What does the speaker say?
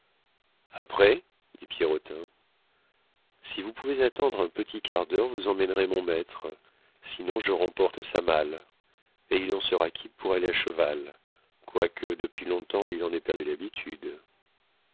après dit pierrotin si vous pouvez attendre un petit quart d'heure vous emmènerez mon maître sinon je remporte sa malle et il en sera quitte pour aller à cheval quoique depuis longtemps il en ait perdu l'habitude